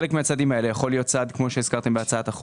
חלק מהצעדים האלה יכול להיות צעד כפי שהזכרתם בהצעת החוק.